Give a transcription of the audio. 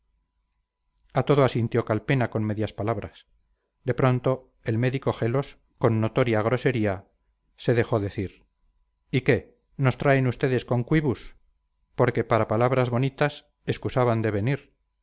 a todo asintió calpena con medias palabras de pronto el médico gelos con notoria grosería se dejó decir y qué nos traen ustedes conquibus porque para palabras bonitas excusaban de venir